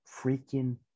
freaking